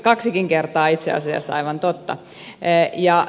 kaksikin kertaa itse asiassa aivan totta